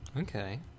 okay